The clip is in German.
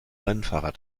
rennfahrer